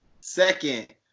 second